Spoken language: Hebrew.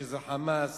"חמאס",